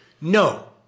No